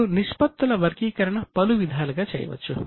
ఇప్పుడు నిష్పత్తుల వర్గీకరణ పలు విధాలుగా చేయవచ్చు